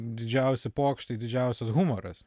didžiausi pokštai didžiausias humoras